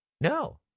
No